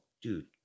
Dude